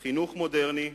חינוך מודרני,